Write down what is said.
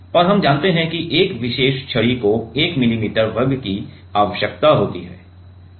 और हम जानते हैं कि एक विशेष छड़ी को 1 मिली मीटर वर्ग की आवश्यकता होती है